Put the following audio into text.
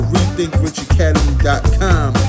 RethinkRichAcademy.com